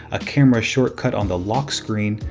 a camera shortcut on the lock screen,